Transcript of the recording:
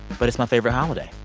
but it's my favorite holiday.